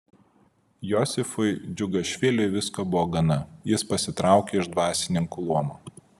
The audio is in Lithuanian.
josifui džiugašviliui visko buvo gana jis pasitraukė iš dvasininkų luomo